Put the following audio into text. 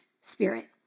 spirit